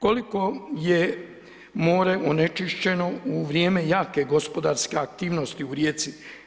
Koliko je more onečišćeno u vrijeme jake gospodarske aktivnosti u Rijeci?